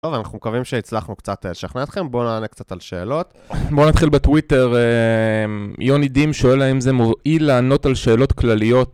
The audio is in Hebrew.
טוב, אנחנו מקווים שהצלחנו קצת לשכנע אתכם, בואו נענה קצת על שאלות. בואו נתחיל בטוויטר, יוני דים שואל האם זה מועיל לענות על שאלות כלליות.